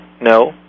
No